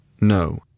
No